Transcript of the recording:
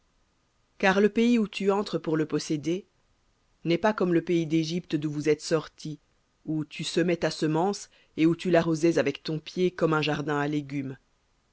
car le pays où tu entres pour le posséder n'est pas comme le pays d'égypte d'où vous êtes sortis où tu semais ta semence et où tu l'arrosais avec ton pied comme un jardin à légumes